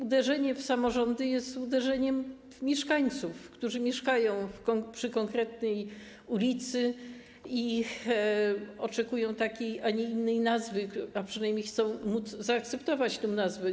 Uderzenie w samorządy jest uderzeniem w mieszkańców, którzy zamieszkują przy konkretnej ulicy i oczekują takiej, a nie innej nazwy, a przynajmniej chcą móc zaakceptować nazwę.